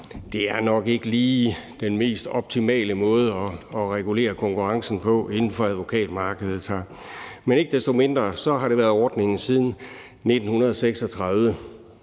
at det nok ikke lige er den mest optimale måde at regulere konkurrencen på inden for advokatmarkedet. Ikke desto mindre har det været ordningen siden 1936.